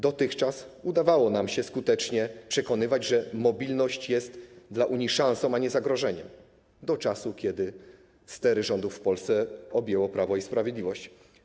Dotychczas udawało nam się skutecznie przekonywać, że mobilność jest dla Unii szansą, a nie zagrożeniem - do czasu, kiedy stery rządów w Polsce objęło Prawo i Sprawiedliwość.